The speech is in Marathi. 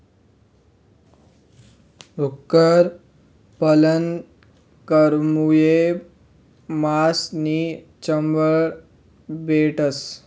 डुक्कर पालन करामुये मास नी चामड भेटस